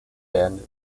band